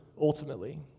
ultimately